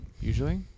Usually